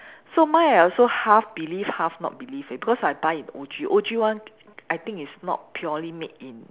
so mine I also half believe half not believe eh because I buy in O_G O_G one I think is not purely made in